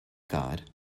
god